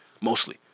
mostly